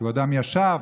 שהוא אדם ישר,